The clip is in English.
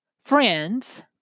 friends